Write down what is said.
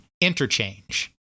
Interchange